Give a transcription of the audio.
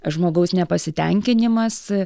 žmogaus nepasitenkinimas